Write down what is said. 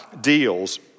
deals